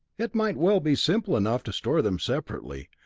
it might well be simple enough to store them separately,